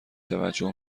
توجه